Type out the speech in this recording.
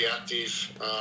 active